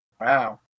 Wow